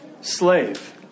slave